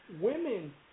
Women